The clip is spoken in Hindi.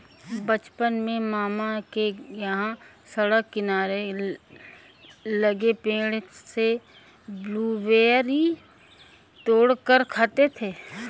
बचपन में मामा के यहां सड़क किनारे लगे पेड़ से ब्लूबेरी तोड़ कर खाते थे